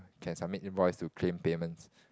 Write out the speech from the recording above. can submit invoices to claim payments